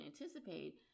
anticipate